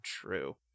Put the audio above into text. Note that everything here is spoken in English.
true